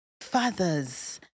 fathers